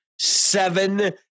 seven